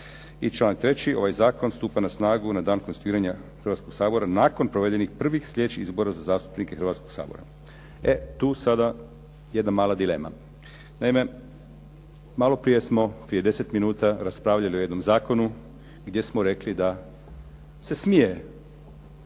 I članak 3. ovaj zakon stupa na snagu na dan konstituiranja Hrvatskog sabora nakon provedenih privih sljedećih izbora za zastupnike Hrvatskog sabora. E tu sada jedna mala dilema. Naime, malo prije smo prije 10 minuta raspravljali o jednom zakonu, gdje smo rekli da se smije